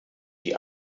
die